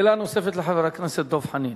שאלה נוספת לחבר הכנסת דב חנין.